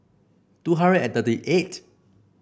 two hundred and thirty eight